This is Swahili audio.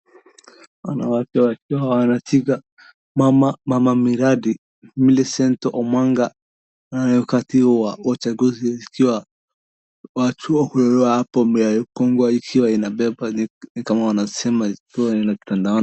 Wanawake wakiwa wanacheka, Mama miradi, Millicent Omanga. Ni wakati wa uchaguzi ikiwa watu ambao wako hapo wamepungwa ikiwa inabeba ni kama wanasema.